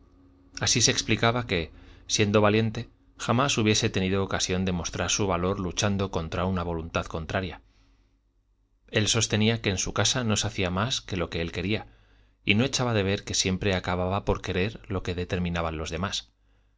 así se explicaba que siendo valiente jamás hubiese tenido ocasión de mostrar su valor luchando contra una voluntad contraria él sostenía que en su casa no se hacía más que lo que él quería y no echaba de ver que siempre acababa por querer lo que determinaban los demás